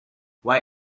why